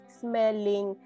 smelling